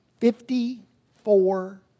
Fifty-four